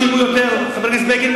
שילמו יותר, חבר הכנסת בגין.